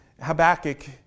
Habakkuk